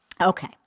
Okay